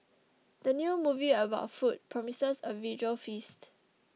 the new movie about food promises a visual feast